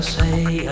say